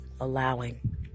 allowing